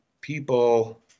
people